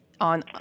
on